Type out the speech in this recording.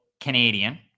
canadian